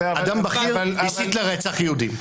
אדם בכיר שהסית לרצח יהודים.